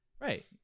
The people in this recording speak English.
Right